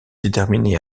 déterminé